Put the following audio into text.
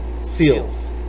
seals